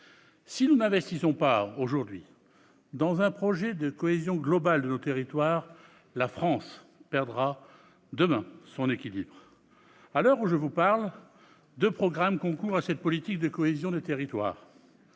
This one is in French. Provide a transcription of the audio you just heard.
Si nous n'investissons pas aujourd'hui dans un projet de cohésion globale de nos territoires, la France perdra demain son équilibre. À l'heure actuelle, deux programmes concourent à la politique de cohésion des territoires.